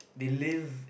they lived